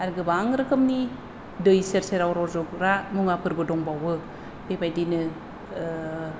आरो गोबां रोखोमनि दै सेर सेराव रज'ग्रा मुवाफोरबो दंबावो बेबायदिनो